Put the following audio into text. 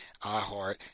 iHeart